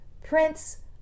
Prince